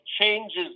changes